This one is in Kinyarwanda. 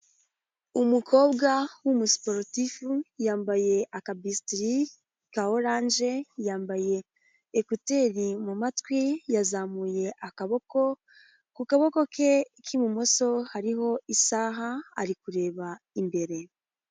Umukobwa w'umusuporutifu yambaye akabisitiri ka oranje yambaye ekuteri mu matwi yazamuye akaboko, ku kaboko ke k'ibumoso hariho isaha ari kureba imbere.